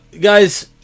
guys